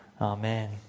Amen